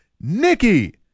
Nikki